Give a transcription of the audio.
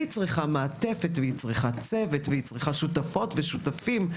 היא צריכה מעטפת והיא צריכה צוות והיא צריכה שותפות ושותפים,